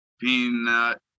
Peanut